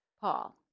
Paul